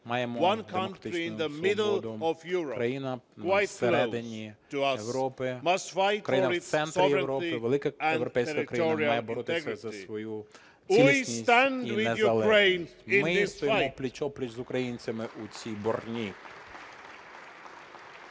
в середині Європі, країна в центрі Європи, велика європейська країна має боротися за свою цілісність і незалежність. Ми стоїмо пліч-о-пліч з українцями у цій боротьбі.